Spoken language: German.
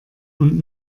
und